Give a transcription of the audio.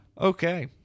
Okay